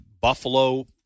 buffalo